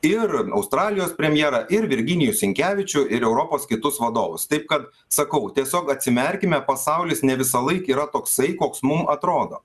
ir australijos premjerą ir virginijų sinkevičių ir europos kitus vadovus taip kad sakau tiesiog atsimerkime pasaulis ne visąlaik yra toksai koks mum atrodo